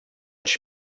einen